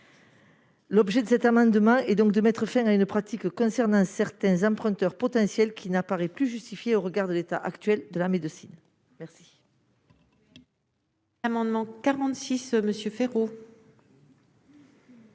L'objet de cet amendement est donc de mettre fin à une pratique concernant certains emprunteurs potentiels qui n'apparaît plus justifiée au regard de l'état actuel de la médecine. La